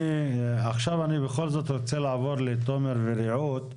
עכשיו אני בכל זאת רוצה לעבור לתומר ורעות,